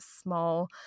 small